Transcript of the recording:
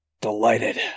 Delighted